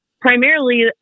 primarily